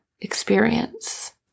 experience